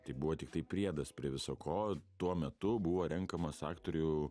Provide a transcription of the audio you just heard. tai buvo tiktai priedas prie viso ko tuo metu buvo renkamas aktorių